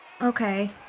Okay